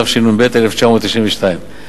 התשנ"ב-1992.